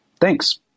Thanks